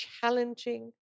challenging